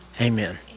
Amen